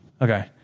Okay